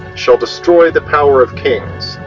shall destroy the power of kings,